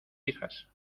hijas